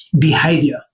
behavior